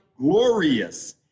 glorious